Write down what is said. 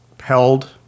held